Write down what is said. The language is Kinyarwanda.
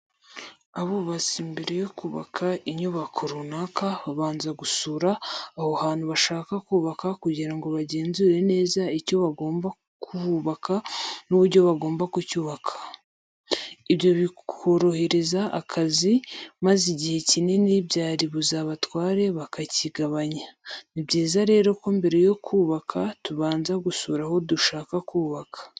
Abubatsi mbere yo kubaka inyubako runaka, babanza gusura aho hantu bashaka kubaka kugira ngo bagenzure neza icyo bagomba kuhubaka n'uburyo bagomba kucyubaka. Ibyo biborohereza akazi maze igihe kinini byari buzabatware bakakigabanya. Ni byiza rero ko mbere yo kubaka tubanza gusura aho dushaka kubaka.